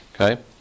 okay